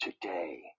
today